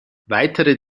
weitere